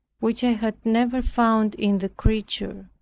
which i had never found in the creature.